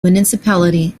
municipality